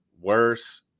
worse